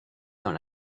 dans